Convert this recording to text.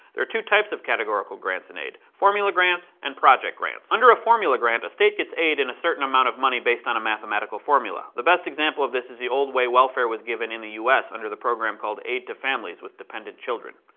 there are two types of categorical grants-in-aid formula grants and project grants. under a formula grant, a state gets aid in a certain amount of money based on a mathematical formula the best example of this is the old way welfare was given in the us under the program called aid to families with dependent children.